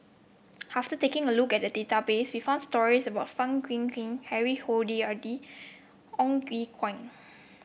after taking a look at the database we found stories about Fang Guixiang Harry Ord Ong Ye Kung